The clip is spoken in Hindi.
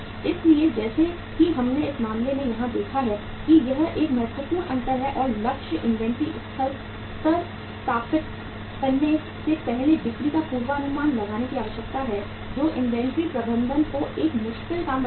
इसलिए जैसा कि हमने इस मामले में यहां देखा है कि यह एक महत्वपूर्ण अंतर है और लक्ष्य इन्वेंट्री स्तर स्थापित करने से पहले बिक्री का पूर्वानुमान लगाने की आवश्यकता है जो इन्वेंट्री प्रबंधन को एक मुश्किल काम बनाता है